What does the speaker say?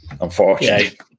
unfortunately